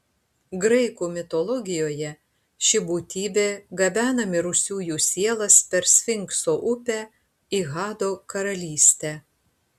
graikų mitologijoje ši būtybė gabena mirusiųjų sielas per sfinkso upę į hado karalystę